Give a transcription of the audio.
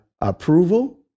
approval